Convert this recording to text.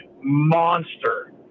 monster